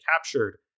captured